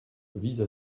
vise